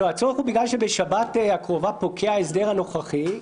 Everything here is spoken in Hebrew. הצורך הוא בגלל שבשבת הקרובה פוקע ההסדר הנוכחי.